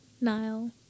Nile